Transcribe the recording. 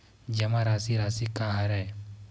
जमा राशि राशि का हरय?